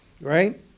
right